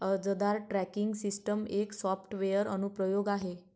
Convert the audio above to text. अर्जदार tracking system एक software अनुप्रयोग आहे